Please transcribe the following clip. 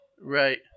Right